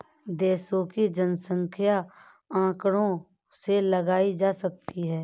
देश की जनसंख्या आंकड़ों से लगाई जा सकती है